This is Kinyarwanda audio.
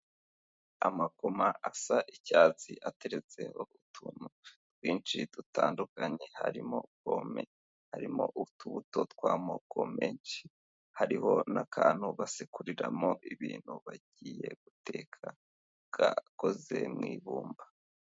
Amakoma asa icyatsi ateretseho utuntu twinshi dutandukanye harimo pome, harimo utubuto tw'amoko menshi, hariho n'akantu basekuriramo ibintu bagiye guteka gakoze mu ibumba.